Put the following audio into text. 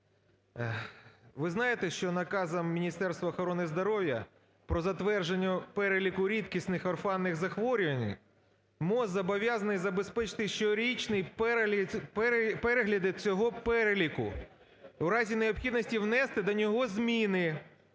Ви знаєте, що наказом Міністерства охорони здоров'я по затвердженню переліку рідкісних орфанних захворювань МОЗ зобов'язаний забезпечити щорічний перегляд цього переліку. В разі необхідності внести до нього зміни.